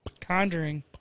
Conjuring